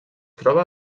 troba